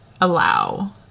allow